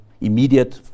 immediate